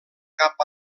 cap